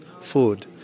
food